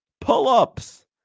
Pull-ups